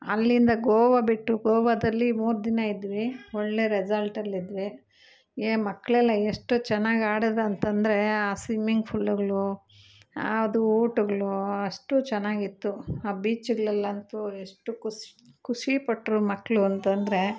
ಅಲ್ಲಿಂದ ಗೋವಾ ಬಿಟ್ಟು ಗೋವಾದಲ್ಲಿ ಮೂರು ದಿನ ಇದ್ವಿ ಒಳ್ಳೆ ರೆಸಾಲ್ಟಲ್ಲಿ ಇದ್ವಿ ಏ ಮಕ್ಕಳೆಲ್ಲ ಎಷ್ಟು ಚೆನ್ನಾಗ್ ಆಡಿದ ಅಂತಂದರೆ ಆ ಸಿಮ್ಮಿಂಗ್ ಫೂಲುಗ್ಳು ಅದು ಊಟಗಳು ಅಷ್ಟು ಚೆನ್ನಾಗಿತ್ತು ಆ ಬೀಚುಗಳಲ್ಲಂತೂ ಎಷ್ಟು ಖುಷ್ ಖುಷಿಪಟ್ರು ಮಕ್ಕಳು ಅಂತಂದರೆ